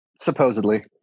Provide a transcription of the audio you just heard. Supposedly